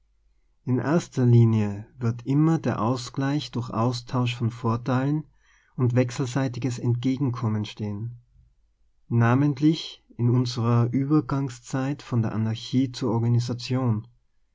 in erster linie wird immer der ausgleich durch austausch von vorteilen und wechselseitiges entgegenkommen stehen namentlich in unsererueber gangszeit von der anarchie zur organisation